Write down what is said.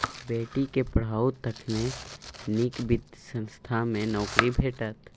बेटीक पढ़ाउ तखने नीक वित्त संस्थान मे नौकरी भेटत